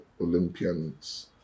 Olympians